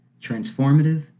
transformative